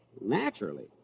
Naturally